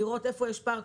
לראות איפה יש פער,